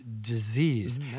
disease